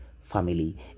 family